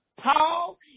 Paul